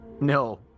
no